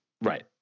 Right